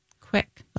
Quick